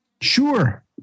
Sure